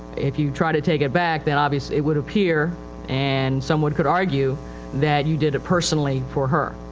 if you try to take it back then obviously it would appear and someone could argue that you did it personally for her.